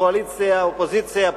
לקואליציה אופוזיציה,